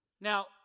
Now